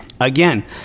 again